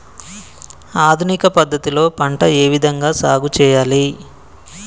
ఆధునిక పద్ధతి లో పంట ఏ విధంగా సాగు చేయాలి?